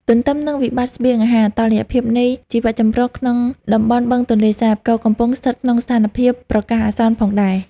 ទន្ទឹមនឹងវិបត្តិស្បៀងអាហារ តុល្យភាពនៃជីវៈចម្រុះក្នុងតំបន់បឹងទន្លេសាបក៏កំពុងស្ថិតក្នុងស្ថានភាពប្រកាសអាសន្នផងដែរ។